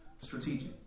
strategic